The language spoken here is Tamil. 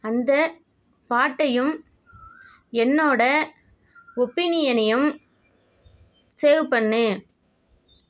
அந்த பாட்டையும் என்னோட ஒபினியனையும் சேவ் பண்ணு